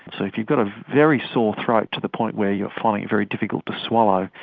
so if you've got a very sore throat to the point where you're finding it very difficult to swallow,